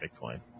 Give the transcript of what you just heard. Bitcoin